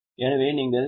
எனவே நீங்கள் எஃப்